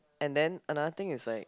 and then another thing is like